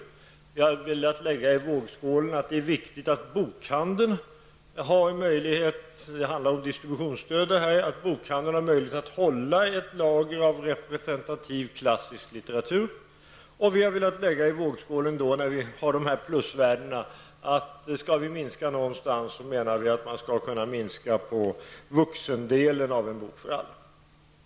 Vi hade också velat lägga i vågskålen att det är viktigt för bokhandeln -- det handlar om distributionsstöd -- att hålla ett lager av representativ klassisk litteratur. Vi hade dessutom velat lägga i vågskålen -- när vi nu har dessa plusvärden -- att man skall minska vuxendelen av verksamheten En bok för alla, om det nu skall minskas någonstans.